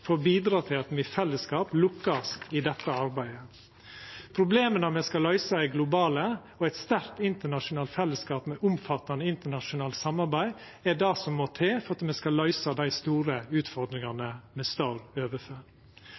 for å bidra til at me i fellesskap lukkast i dette arbeidet. Problema me skal løysa, er globale, og eit sterkt internasjonalt fellesskap med omfattande internasjonalt samarbeid er det som må til for at me skal løysa dei store utfordringane me står